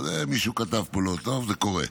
מישהו כתב פה לא טוב, זה קורה.